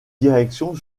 direction